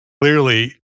clearly